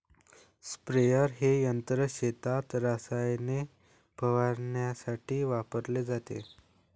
sprayer हे यंत्र शेतात रसायने फवारण्यासाठी वापरले जाते